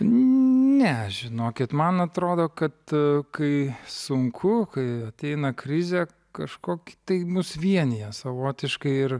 ne žinokit man atrodo kad kai sunku kai ateina krizė kažkoki tai mus vienija savotiškai ir